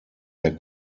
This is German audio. der